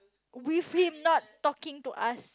with him not talking to us